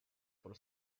for